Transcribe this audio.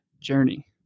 journey